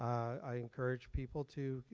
i encourage people to,